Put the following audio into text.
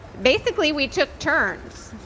basically, we took turns.